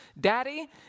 Daddy